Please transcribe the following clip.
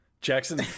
jackson